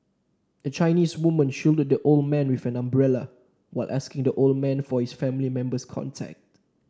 a Chinese woman shielded the old man with an umbrella while asking the old man for his family member's contact